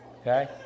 okay